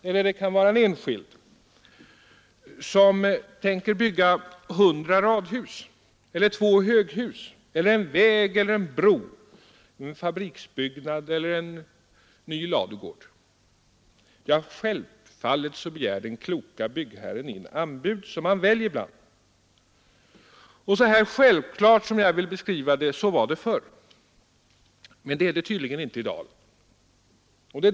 Eller hur gör en enskild som tänker bygga 100 radhus eller två höghus, en väg, en bro, en fabriksbyggnad eller en ny ladugård? Självfallet begär den kloke byggherren in anbud som han väljer bland. Så självklart som jag vill beskriva det var det förr, men det är det tydligen inte i dag.